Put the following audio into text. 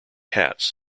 hats